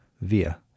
via